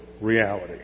reality